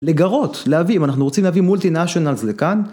לגרות, להביא, אם אנחנו רוצים להביא multinationals לכאן.